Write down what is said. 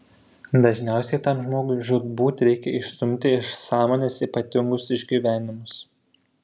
dažniausiai tam žmogui žūtbūt reikia išstumti iš sąmonės ypatingus išgyvenimus